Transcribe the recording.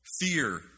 fear